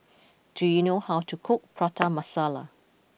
do you know how to cook Prata Masala